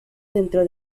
dentro